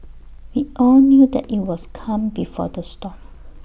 we all knew that IT was calm before the storm